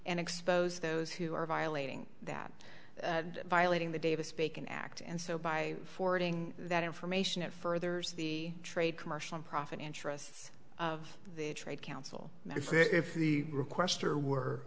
and expose those who are violating that violating the davis bacon act and so by forwarding that information it furthers the trade commercial and profit interests of the trade council if the requester were